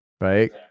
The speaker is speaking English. Right